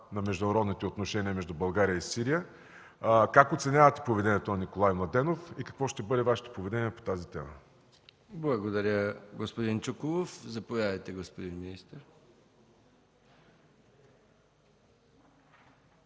на международните отношения между Българя и Сирия? Как оценявате поведението на Николай Младенов и какво ще бъде Вашето поведение по тази тема? ПРЕДСЕДАТЕЛ МИХАИЛ МИКОВ: Благодаря, господин Чуколов. Заповядайте, господин министър.